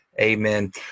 Amen